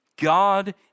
God